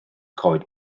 coed